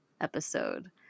episode